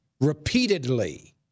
repeatedly